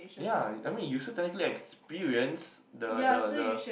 ya I mean you still technically experience the the the